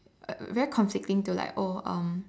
very conflicting to like oh um